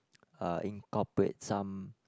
uh incorporate some